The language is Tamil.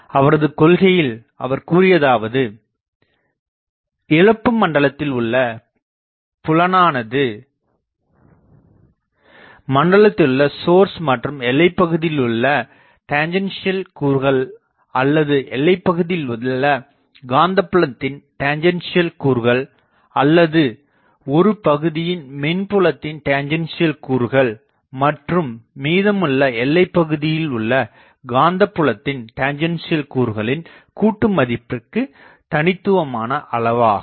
அவரது கொள்கையில் அவர் கூறியதாவது இழப்பு மண்டலத்தில் உள்ள புலனானது மண்டலத்திலுள்ள சோர்ஸ் மற்றும் எல்லைப்பகுதியில் உள்ள டெஞ்ச்ஸன்சியல் கூறுகள் அல்லது எல்லைப்பகுதியில் உள்ள காந்தப் புலத்தின் டெஞ்ச்ஸன்சியல் கூறுகள் அல்லது ஒரு பகுதியின் மின் புலத்தின்டெஞ்ச்ஸன்சியல் கூறுகள் மற்றும் மீதமுள்ள எல்லைப்பகுதியில் உள்ள காந்தப் புலத்தின் டெஞ்ச்ஸன்சியல் கூறுகளின் கூட்டு மதிப்பிற்குத் தனித்துவமான அளவாகும்